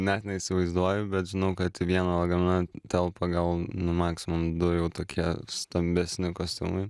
net neįsivaizduoju bet žinau kad į vieną lagaminą telpa gal nu maksimum du jau tokie stambesni kostiumai